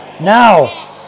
now